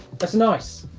that's nice.